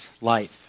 life